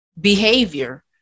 behavior